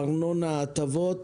ארנונה, הטבות,